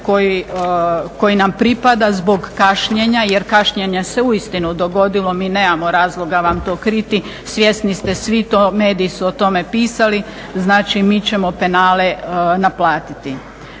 koji nam pripada zbog kašnjenja jer kašnjenje se uistinu dogodilo, mi nemamo razloga vam to kriti, svjesni ste svi to, mediji su o tome pisali, znači mi ćemo penale naplatiti.